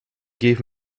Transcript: gave